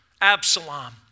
Absalom